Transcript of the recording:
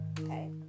okay